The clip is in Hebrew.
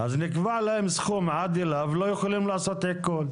אז נקבע להם סכום שעד אליו לא יכולים לעשות עיקול.